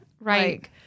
Right